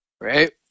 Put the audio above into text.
right